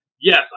yes